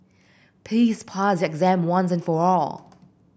please pass exam once and for all